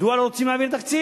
מדוע לא רוצים להעביר תקציב?